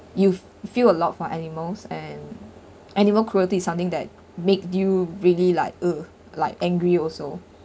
you feel a lot for animals and animal cruelty is something that make you really like uh like angry also